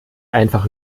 einfach